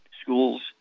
schools